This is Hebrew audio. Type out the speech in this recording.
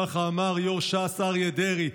כך אמר יו"ר ש"ס אריה דרעי.